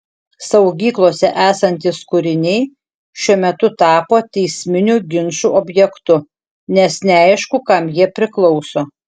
saugyklose esantys kūriniai šiuo metu tapo teisminių ginčų objektu nes neaišku kam jie priklauso